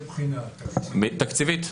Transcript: מאיזו בחינה, תקציבית?